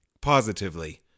positively